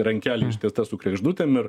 rankelė ištiesta su kregždutėm ir